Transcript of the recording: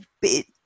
bit